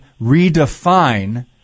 redefine